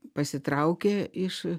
pasitraukė iš